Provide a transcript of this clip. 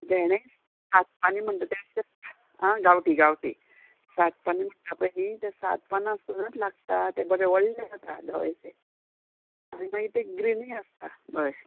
भेंणे सात पानी म्हणटा ते आं गांवटी गांवटी सात पानी म्हणटा पय न्ही ते सात पानां आसत लागता ते बरे व्हडले जाता धवेशे आनी मागीर ते ग्रिनी आसता बरें